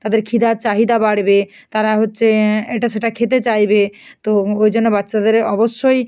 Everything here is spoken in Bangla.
তাদের খিদার চাহিদা বাড়বে তারা হচ্ছে এটা সেটা খেতে চাইবে তো ওই জন্য বাচ্চাদের অবশ্যই